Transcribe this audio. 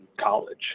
college